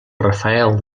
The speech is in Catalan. rafael